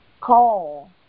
call